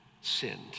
sinned